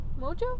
Mojo